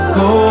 go